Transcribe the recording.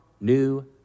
new